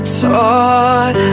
taught